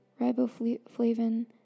riboflavin